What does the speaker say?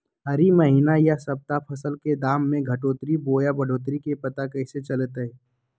हरी महीना यह सप्ताह फसल के दाम में घटोतरी बोया बढ़ोतरी के पता कैसे चलतय?